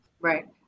Right